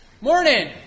Morning